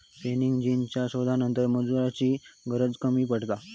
spinning जेनीच्या शोधानंतर मजुरांची गरज कमी पडता